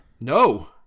No